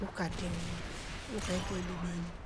Ukatreuwa ukaikya ibibeni